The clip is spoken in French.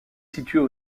située